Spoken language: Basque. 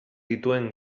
dituen